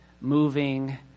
moving